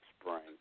spring